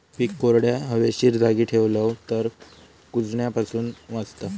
पीक कोरड्या, हवेशीर जागी ठेवलव तर कुजण्यापासून वाचता